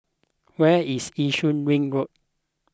where is Yishun Ring Road